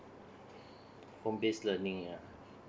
home base learning uh